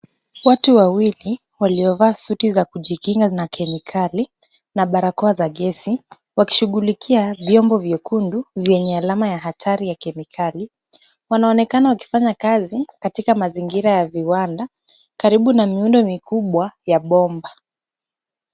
Watu wawili waliovaa suti ya kujikinga na kemikali na barakoa za gesi wakishughulikia vyombo vyekundu vyenye alama nyekundu ya hatari, wanaonekana wakifanya kazi katika mazingira ya viwanda karibu na miundo mikubwa ya bomba.